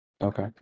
Okay